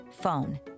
phone